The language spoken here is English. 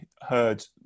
heard